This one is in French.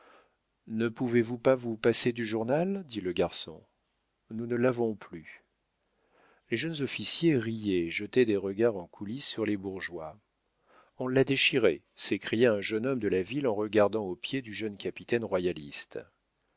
ne pouvez-vous pas vous passer du journal dit le garçon nous ne l'avons plus les jeunes officiers riaient et jetaient des regards en coulisse sur les bourgeois on l'a déchiré s'écria un jeune homme de la ville en regardant aux pieds du jeune capitaine royaliste